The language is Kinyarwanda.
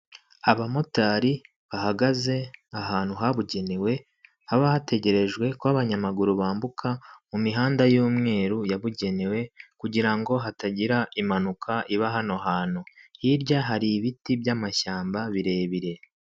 Abamotari bahagaze ahantu habugenewe haba hategerejwe ko abanyamaguru bambuka mu mihanda y'umweru yabugenewe, kugira hatagira impanuka iba hano hantu, hirya hari ibiti by'amashyamba birebire.